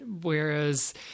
Whereas